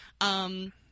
Um-